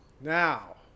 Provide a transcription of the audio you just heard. Now